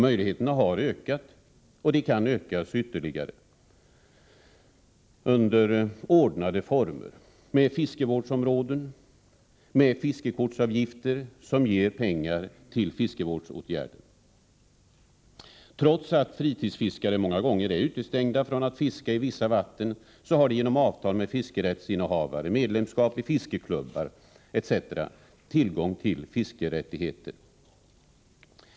Möjligheterna har ökat och de kan utökas ytterligare, i ordnade former — med fiskevårdsområden och fiskekortsavgifter som ger pengar till fiskevårdsåtgärder. Trots att fritidsfiskare många gånger är utestängda från fiske i vissa vatten har de genom avtal med fiskerättsinnehavare, genom medlemskap i fiskeklubbar etc. tillgång till fiskerättigheter.